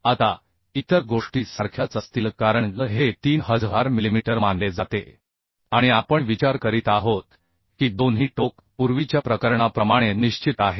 आता इतर गोष्टी सारख्याच असतील कारण L हे 3000 मिलिमीटर मानले जाते आणि आपण विचार करीत आहोत की दोन्ही टोक पूर्वीच्या प्रकरणाप्रमाणे निश्चित आहेत